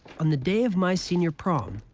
on the day of my senior prom,